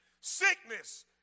Sickness